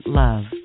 love